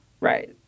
Right